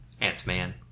Ant-Man